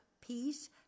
peace